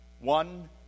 One